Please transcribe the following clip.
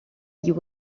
you